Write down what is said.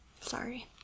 sorry